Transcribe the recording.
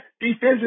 defensive